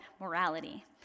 morality